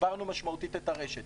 הגברנו משמעותית את הרשת.